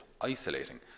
isolating